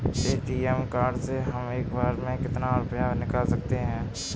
ATM card से हम एक बार में कितना रुपया निकाल सकते हैं?